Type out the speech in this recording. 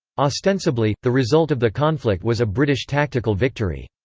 ostensibly, the result of the conflict was a british tactical victory.